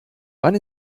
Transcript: wann